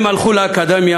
הם הלכו לאקדמיה,